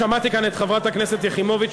שמעתי כאן את חברת הכנסת יחימוביץ,